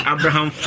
Abraham